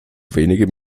wenige